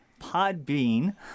Podbean